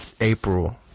April